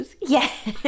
Yes